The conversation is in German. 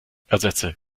ersetze